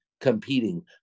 competing